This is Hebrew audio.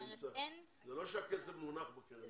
זה לא הכסף מונח בקרן.